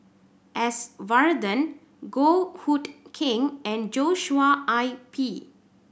S Varathan Goh Hood Keng and Joshua I P